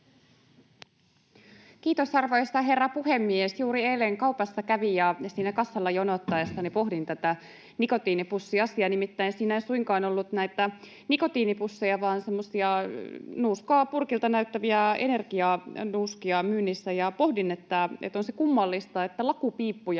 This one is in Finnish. Kiitos, arvoisa herra puhemies! Juuri eilen kaupassa kävin, ja siinä kassalla jonottaessani pohdin tätä nikotiinipussiasiaa. Nimittäin siinä ei suinkaan ollut näitä nikotiinipusseja vaan semmoisia nuuskapurkilta näyttäviä energianuuskia myynnissä, ja pohdin, että on se kummallista, että lakupiippuja